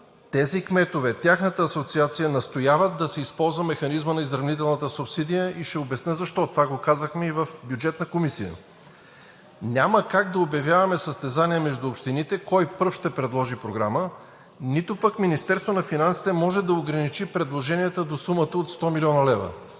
тези кметове, тяхната асоциация, настояват да се използва механизмът на изравнителната субсидия и ще обясня защо. Това го казахме и в Бюджетната комисия. Няма как да обявяваме състезание между общините кой пръв ще предложи програма, нито пък Министерството на финансите може да ограничи предложенията до сумата от 100 млн. лв.